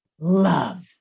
love